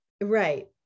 Right